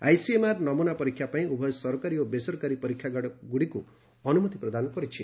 ICMR ନମୁନା ପରୀକ୍ଷା ପାଇଁ ଉଭୟ ସରକାରୀ ଓ ବେସରକାରୀ ପରୀକ୍ଷାଗାରଗୁଡ଼ିକୁ ଅନୁମତି ପ୍ରଦାନ କରିଛି